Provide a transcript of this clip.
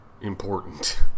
important